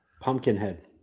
Pumpkinhead